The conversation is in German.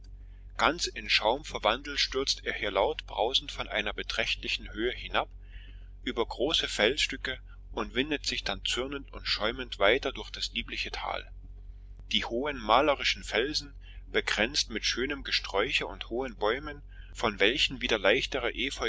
ganz in schaum verwandelt stürzt er hier laut brausend von einer beträchtlichen höhe hinab über große felsstücke und windet sich dann zürnend und schäumend weiter durch das liebliche tal die hohen malerischen felsen bekränzt mit schönem gesträuche und hohen bäumen von welchen wieder leichtere